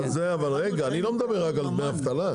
אבל אני לא מדבר רק על דמי אבטלה.